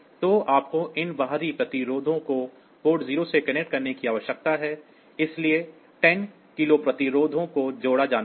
तो आपको इन बाहरी प्रतिरोधों को पोर्ट 0 से कनेक्ट करने की आवश्यकता है इसलिए 10 किलो प्रतिरोधों को जोड़ा जाना है